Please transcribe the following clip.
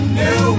new